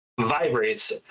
vibrates